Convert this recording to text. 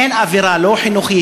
אין אווירה לא חינוכית,